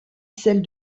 celles